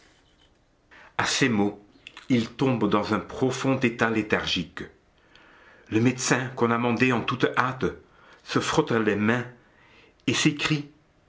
a ces mots il tombe dans un profond état léthargique le médecin qu'on a mandé en toute hâte se frotte les mains et s'écrie